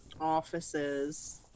offices